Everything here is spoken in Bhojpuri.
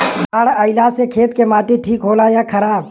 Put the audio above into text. बाढ़ अईला से खेत के माटी ठीक होला या खराब?